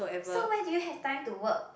so where do you have time to work